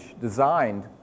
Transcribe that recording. designed